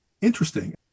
interesting